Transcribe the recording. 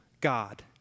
God